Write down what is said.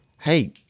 Hey